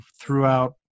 throughout